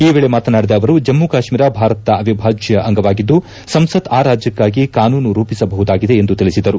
ಈ ವೇಳೆ ಮಾತನಾಡಿದ ಅವರು ಜಮ್ಮ ಕಾತ್ಮೀರ ಭಾರತದ ಅವಿಭಾಜ್ಯ ಅಂಗವಾಗಿದ್ದು ಸಂಸತ್ ಆ ರಾಜ್ಯಕ್ಕಾಗಿ ಕಾನೂನು ರೂಪಿಸಬಹುದಾಗಿದೆ ಎಂದು ತಿಳಿಸಿದರು